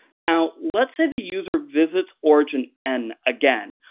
now, let's say the user visits origin n again,